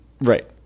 Right